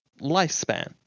lifespan